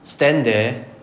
stand there